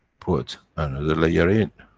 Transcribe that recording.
put another layer in.